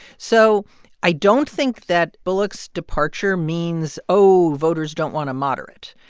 so i don't think that bullock's departure means, oh, voters don't want a moderate,